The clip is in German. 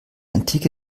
antike